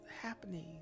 happening